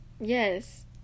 Yes